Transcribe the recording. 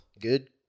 Good